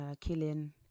killing